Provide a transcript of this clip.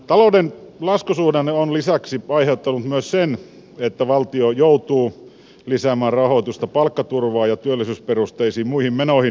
talouden laskusuhdanne on lisäksi aiheuttanut sen että valtio joutuu lisäämään rahoitusta palkkaturvaan ja työllisyysperusteisiin muihin menoihin